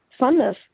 funness